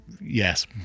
yes